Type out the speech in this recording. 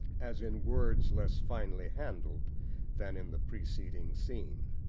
as in words less finely handled than in the preceding scene.